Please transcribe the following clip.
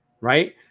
right